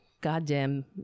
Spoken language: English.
goddamn